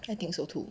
I think so too